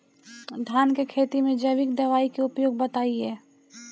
धान के खेती में जैविक दवाई के उपयोग बताइए?